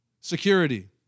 Security